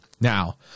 Now